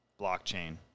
blockchain